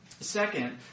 Second